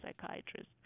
psychiatrist